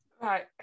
Right